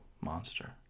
monster